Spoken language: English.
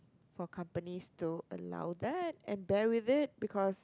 but companies don't allow that and bear with it because